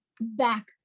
back